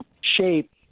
shape